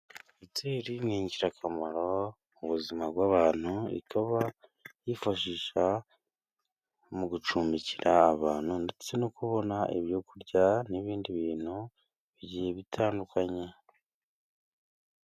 Hoteri ni ingirakamaro ku buzima bw'abantu, ikaba yifashishwa mu gucumbikira abantu, ndetse no kubona ibyo kurya n'ibindi bintu bitandukanye.